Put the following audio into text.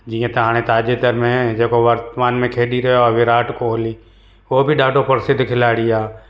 जीअं त हाणे ताजे दर में जेको वर्तमान में खेॾी रहियो आहे विराट कोहली उहो बि ॾाढो प्रसिद्ध खिलाड़ी आहे